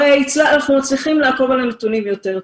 הרי אנחנו מצליחים לעקוב אחרי הנתונים יותר טוב.